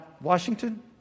Washington